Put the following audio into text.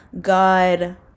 God